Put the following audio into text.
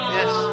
Yes